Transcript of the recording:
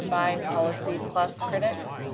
combine policy plus critics.